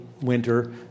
winter